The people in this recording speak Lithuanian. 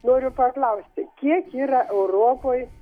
noriu paklausti kiek yra europoj